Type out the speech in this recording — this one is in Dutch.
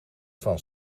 van